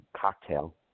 cocktail